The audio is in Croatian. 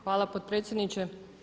Hvala potpredsjedniče.